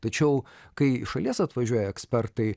tačiau kai iš šalies atvažiuoja ekspertai